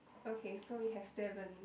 okay so we have seven